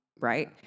Right